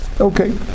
Okay